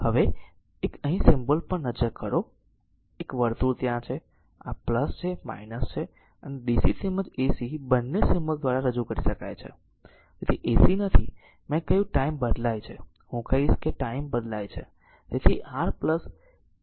હવે એક અહીં સિમ્બોલ પર નજર કરો એક વર્તુળ ત્યાં છે અને તે છે આને DC તેમજ AC બંને સિમ્બોલ દ્વારા રજૂ કરી શકાય છે ત્યાં AC નથી મેં કહ્યું ટાઈમ બદલાય છે હું કહીશ કે ટાઈમ બદલાય છે